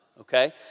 okay